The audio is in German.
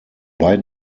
bei